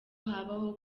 habaho